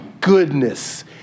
goodness